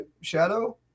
Shadow